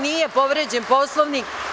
Nije povređen Poslovnik.